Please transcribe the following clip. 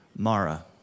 Mara